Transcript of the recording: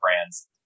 brands